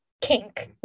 kink